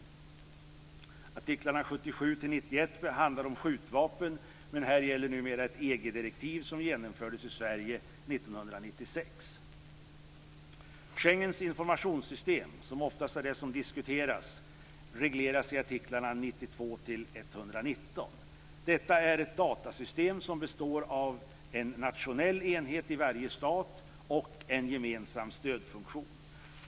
Artiklarna 77-91 handlar om skjutvapen, men här gäller numera ett EG-direktiv som genomfördes i Schengens informationssystem, som oftast är det som diskuteras, regleras i artiklarna 92-119. Detta är ett datasystem som består av en nationell enhet i varje stat och en gemensam stödfunktion.